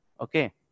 okay